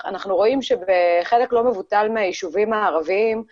אני רות לוין-חן מנהלת